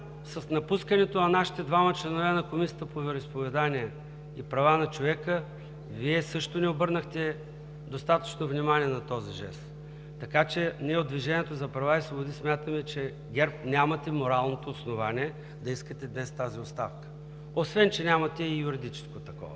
с напускането на нашите двама членове на Комисията по вероизповеданията и правата на човека, Вие също не обърнахте достатъчно внимание на този жест. Ние от Движението за права и свободи смятаме, че от ГЕРБ нямате моралното основание да искате днес тази оставка, освен че нямате и юридическо такова.